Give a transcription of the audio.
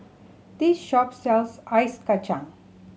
this shop sells Ice Kachang